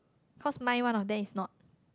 cause mine one of them is not